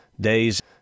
days